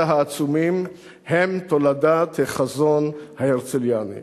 העצומים הם תולדת החזון ההרצליאני.